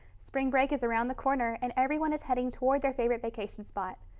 spring break is around the corner and everyone is heading toward their favorite vacation spot.